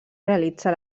realitza